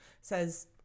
says